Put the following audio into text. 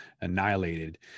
annihilated